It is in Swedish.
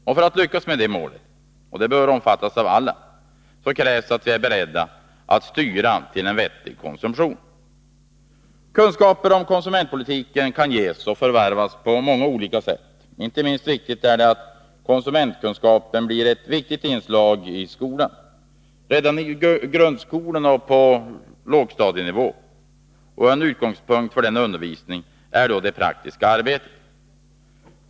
Och för att lyckas med detta mål — som bör omfatta alla — krävs det att vi är beredda att styra utvecklingen mot vettig konsumtion. Kunskaper om konsumentpolitiken kan ges och förvärvas på olika sätt. Inte minst viktigt är det att konsumentkunskapen blir ett viktigt inslag i grundskolan, och då redan på lågstadienivå. En utgångspunkt för den undervisningen är det praktiska arbetet.